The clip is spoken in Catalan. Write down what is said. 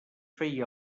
feia